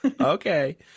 okay